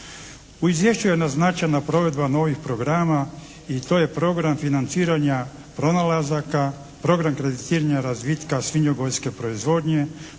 U Izvješću je naznačena provedba novih programa i to je Program financiranja pronalazaka, program kreditiranja razvitka svinjogojske proizvodnje,